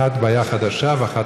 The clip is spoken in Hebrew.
אחת על בעיה חדשה ואחת,